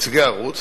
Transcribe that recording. ונציגי הערוץ,